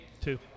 Two